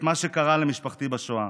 את מה שקרה למשפחתי בשואה.